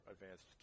advanced